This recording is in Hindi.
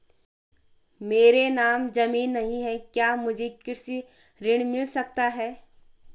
मेरे नाम ज़मीन नहीं है क्या मुझे कृषि ऋण मिल सकता है?